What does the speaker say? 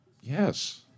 Yes